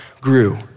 grew